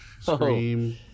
Scream